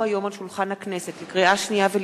אני קובע שההצעה,